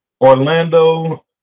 Orlando